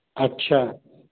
अच्छा